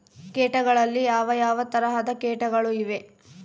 ಕೇಟಗಳಲ್ಲಿ ಯಾವ ಯಾವ ತರಹದ ಕೇಟಗಳು ಇವೆ?